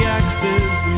axes